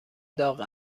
داغ